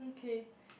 okay